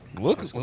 Look